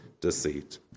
deceit